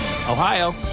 Ohio